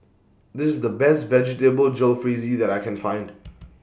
This IS The Best Vegetable Jalfrezi that I Can Find